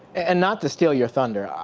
and not to steal your thunder. ah